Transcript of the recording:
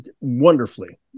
wonderfully